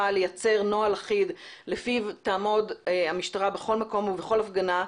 לייצר נוהל אחיד לפיו תעמוד המשטרה בכל מקום ובכל הפגנה,